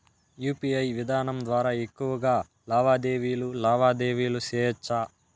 UPI విధానం ద్వారా ఎక్కువగా లావాదేవీలు లావాదేవీలు సేయొచ్చా?